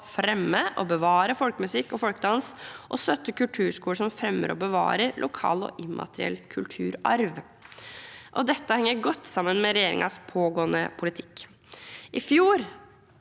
fremme og bevare folkemusikk og folkedans, og støtte kulturskoler som fremmer og bevarer lokal og immateriell kulturarv. Dette henger godt sammen med regjeringens pågående politikk. I fjor,